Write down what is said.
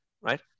right